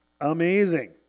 Amazing